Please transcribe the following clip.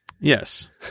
Yes